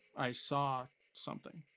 i saw something.